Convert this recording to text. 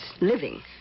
living